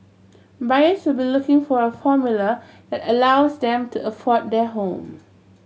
buyers will be looking for a formula that allows them to afford their home